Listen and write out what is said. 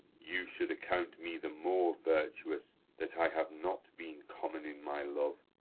you should account me the more virtuous, that i have not been common in my love.